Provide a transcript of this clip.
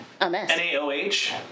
NaOH